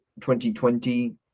2020